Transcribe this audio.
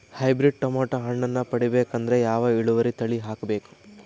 Hybrid tomato ಹಣ್ಣನ್ನ ಪಡಿಬೇಕಂದರ ಯಾವ ಇಳುವರಿ ತಳಿ ಹಾಕಬೇಕು?